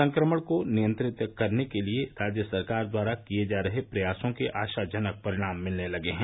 संक्रमण को नियंत्रित करने के लिये राज्य सरकार द्वारा किये जा रहे प्रयासों के आशाजनक परिणाम मिलने लगे हैं